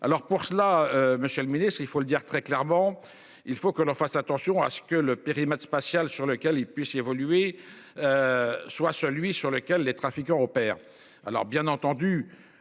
Alors pour cela. Monsieur le ministre, il faut le dire très clairement, il faut que l'on fasse attention à ce que le périmètre spatiale sur lequel il puisse évoluer. Soit celui sur lequel les trafiquants opèrent